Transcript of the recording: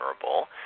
vulnerable